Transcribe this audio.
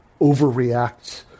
overreact